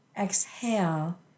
Exhale